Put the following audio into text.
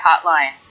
hotline